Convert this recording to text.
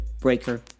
Breaker